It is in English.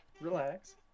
relax